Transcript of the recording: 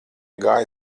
gāja